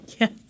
Yes